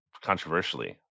controversially